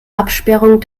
absperrung